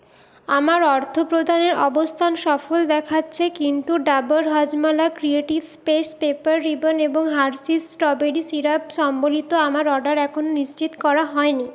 আমার অর্থপ্রদানের অবস্থান সফল দেখাচ্ছে কিন্তু Dabur Hajmola creative space paper ribbon এবং হার্শিস স্ট্রবেরি সিরাপ সম্বলিত আমার অর্ডার এখনও নিশ্চিত করা হয়নি